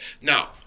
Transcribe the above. Now